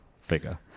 figure